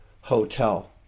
Hotel